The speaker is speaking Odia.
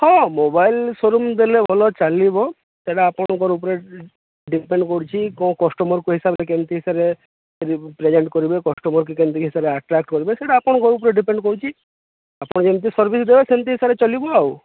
ହଁ ମୋବାଇଲ୍ ଶୋ ରୁମ୍ ଦେଲେ ଭଲ ଚାଲିବ ସେଟା ଆପଣଙ୍କର ଉପରେ ଡିପେଣ୍ଡ୍ କରୁଛି କେଉଁ କଷ୍ଟମର୍ କେଉଁ ହିସାବରେ କେମତି ପ୍ରେଜେଣ୍ଟ୍ କରିବେ କଷ୍ଟମର୍କୁ କେମିତି ହିସାବରେ ଆଟ୍ରାକ୍ଟ କରିବେ ସେଇଟା ଆପଣଙ୍କ ଉପରେ ଡିପେଣ୍ଡ୍ କରୁଛି ଆପଣ ଯେମିତି ସର୍ଭିସ୍ ଦେବେ ସେମିତି ହିସାବରେ ଚାଲିବ ଆଉ